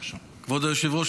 כבוד היושב-ראש,